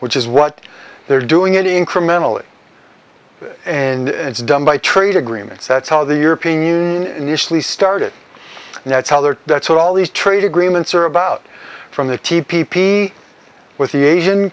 which is what they're doing it incrementally and it's done by trade agreements that's how the european union initially started and that's how they are that's what all these trade agreements are about from the t p p with the asian